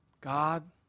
God